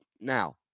Now